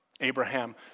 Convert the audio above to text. Abraham